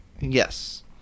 Yes